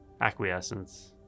acquiescence